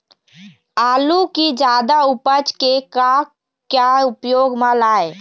आलू कि जादा उपज के का क्या उपयोग म लाए?